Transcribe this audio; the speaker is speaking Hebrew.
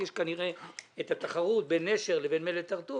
יש כנראה את התחרות בין "נשר" לבין "מלט הר-טוב",